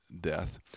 death